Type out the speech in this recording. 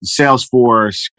Salesforce